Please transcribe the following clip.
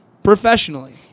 professionally